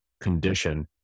condition